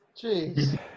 Jeez